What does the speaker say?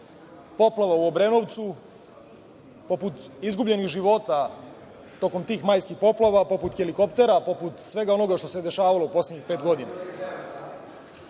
poplava u Obrenovcu, poput izgubljenih života tokom tih majskih poplava, poput helikoptera, poput svega onoga što se dešavalo u poslednjih pet godina. Više